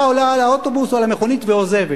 עולה על האוטובוס או על המכונית ועוזבת.